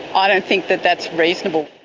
i don't think that that's reasonable.